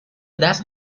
دست